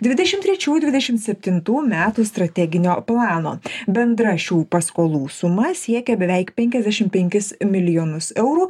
dvidešim trečių dvidešim septintų metų strateginio plano bendra šių paskolų suma siekia beveik penkiasdešim penkis milijonus eurų